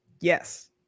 Yes